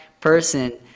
person